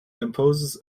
imposes